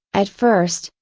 at first,